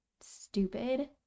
stupid